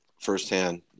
firsthand